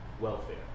welfare